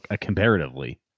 comparatively